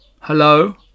hello